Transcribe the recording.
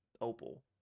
Opal